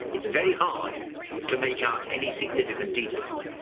it's very hard to make out any significant details.